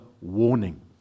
warning